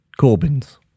Corbyn's